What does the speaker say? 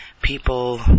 people